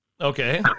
Okay